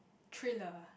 trailer